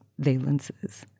valences